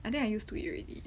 I think I used to it already